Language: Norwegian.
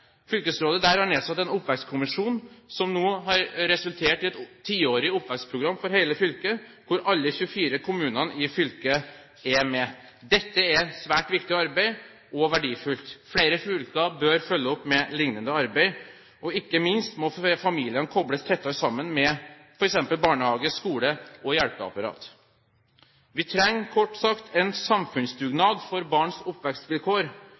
Fylkesrådet der har nedsatt en oppvekstkommisjon som nå har resultert i et tiårig oppvekstprogram for hele fylket, hvor alle 24 kommunene i fylket er med. Dette er et svært viktig arbeid og verdifullt. Flere fylker bør følge opp med lignende arbeid, og ikke minst må familien kobles tettere sammen med f.eks. barnehage, skole og hjelpeapparat. Vi trenger, kort sagt, en samfunnsdugnad for barns oppvekstvilkår,